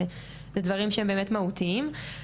דברים שהם באמת מהותיים.